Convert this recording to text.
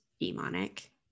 demonic